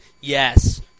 Yes